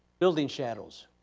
building shadows.